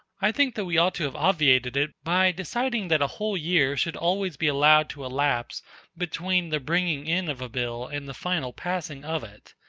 i think that we ought to have obviated it by deciding that a whole year should always be allowed to elapse between the bringing in of a bill and the final passing of it.